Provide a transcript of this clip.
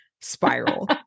spiral